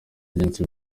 agency